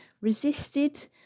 resisted